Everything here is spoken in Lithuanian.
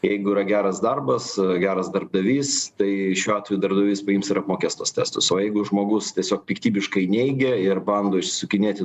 jeigu yra geras darbas geras darbdavys tai šiuo atveju darbdavys paims ir apmokės tuos testus o jeigu žmogus tiesiog piktybiškai neigia ir bando išsisukinėti